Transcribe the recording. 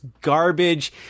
garbage